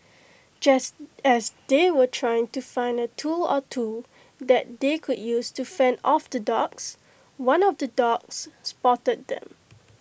just as they were trying to find A tool or two that they could use to fend off the dogs one of the dogs spotted them